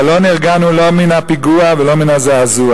אבל לא נרגענו לא מן הפיגוע ולא מן הזעזוע.